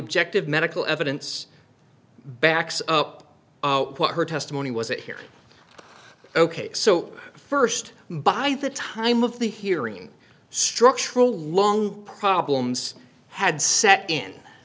objective medical evidence backs up what her testimony was that here ok so first by the time of the hearing structural long problems had set